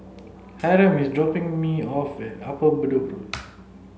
Hiram is dropping me off at Upper Bedok Road